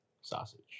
sausage